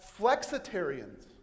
flexitarians